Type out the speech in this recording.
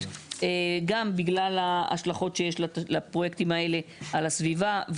גם בגלל ההשלכות שיש לפרויקטים האלה על הסביבה.